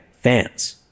fans